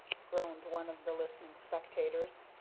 groaned one of the listening spectators.